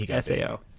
Sao